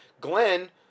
Glenn